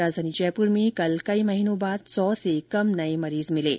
राजधानी जयपुर में कल कई महीनों बाद सौ से कम नए मरीज मिले हैं